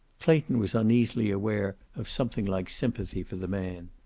clayton was uneasily aware of something like sympathy for the man.